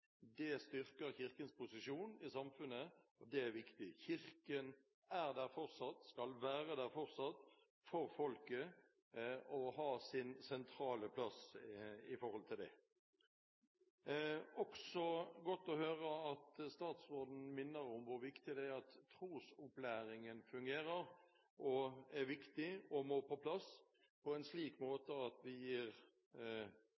Det styrker Kirkens posisjon i samfunnet, og det er viktig. Kirken er der og skal være der fortsatt for folket og ha sin sentrale plass blant dem. Det var også godt å høre statsråden minne om hvor viktig det er at trosopplæringen fungerer, og at den må på plass på en slik